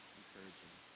encouraging